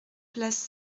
place